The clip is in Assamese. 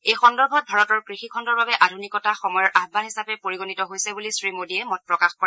এই সন্দৰ্ভত ভাৰতৰ কৃষিখণ্ডৰ বাবে আধুনিকতা সময়ৰ আহান হিচাপে পৰিগণিত হৈছে বুলি শ্ৰীমোডীয়ে মত প্ৰকাশ কৰে